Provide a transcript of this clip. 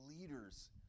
leaders